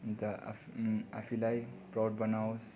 अन्त आप् आफैलाई प्राउड बनाओस्